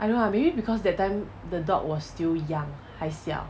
I don't ah maybe because that time the dog was still young 还小